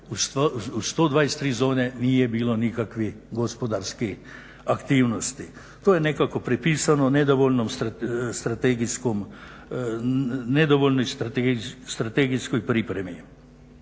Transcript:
123 zone nije bilo nikakvih gospodarskih aktivnosti. To je nekako prepisano nedovoljno iz strategijskoj pripremi.